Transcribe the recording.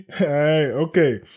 Okay